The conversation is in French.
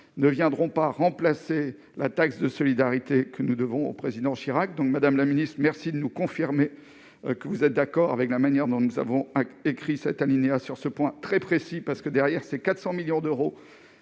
ne viendront pas remplacer la taxe de solidarité que nous devons au président Chirac. Madame la ministre, merci de nous confirmer que vous êtes d'accord avec la rédaction que nous proposons pour cet alinéa, sur ce point très précis. En effet, cela représente 400 millions d'euros